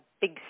big